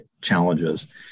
challenges